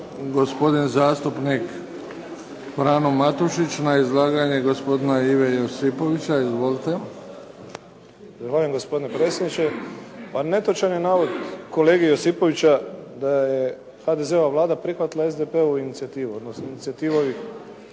gospodin zastupnik Frano Matušić na izlaganje gospodina Ive Josipovića. Izvolite. **Matušić, Frano (HDZ)** Zahvaljujem gospodine predsjedniče. Netočan je navod kolege Josipovića da je HDZ-ova Vlada prihvatila SDP-ovu inicijativu odnosno inicijativu ovih